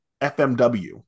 FMW